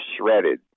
shredded